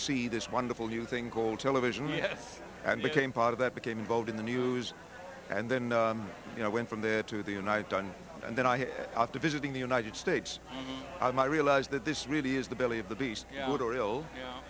see this wonderful new thing called television yes and became part of that became involved in the news and then you know went from there to the united done and then i got to visiting the united states i realized that this really is the belly of the beast oriel